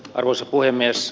arvoisa puhemies